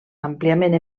àmpliament